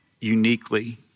uniquely